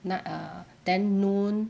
nine err then noon